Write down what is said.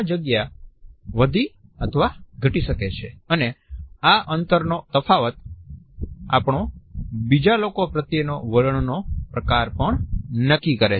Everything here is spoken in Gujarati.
આ જગ્યા વધી અથવા ઘટી શકે છે અને આ અંતરનો તફાવત આપણો બીજા લોકો પ્રત્યેના વલણનો પ્રકાર પણ નક્કી કરે છે